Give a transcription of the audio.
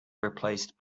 replaced